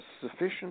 sufficient